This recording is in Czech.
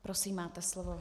Prosím, máte slovo.